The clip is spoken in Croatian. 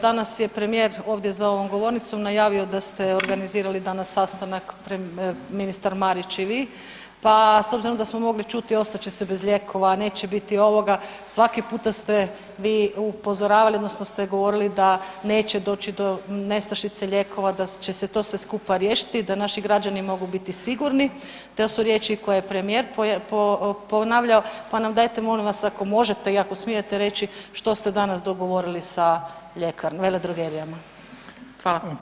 Danas je premijer ovdje za ovom govornicom najavio da ste organizirali danas sastanak ministar Marić i vi, pa s obzirom da smo mogli čuti ostat će se bez lijekova, neće biti ovoga, svaki puta ste vi upozoravali odnosno ste govorili da neće doći do nestašice lijekova, da će se to sve skupa riješiti da naši građani mogu biti sigurni, to su riječi koje je i premijer ponavljao, pa nam dajte molim vas ako možete i ako smijete reći što ste danas dogovorili sa veledrogerijama?